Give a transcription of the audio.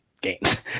games